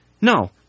No